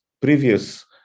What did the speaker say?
previous